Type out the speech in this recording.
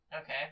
Okay